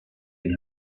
and